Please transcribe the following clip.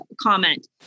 comment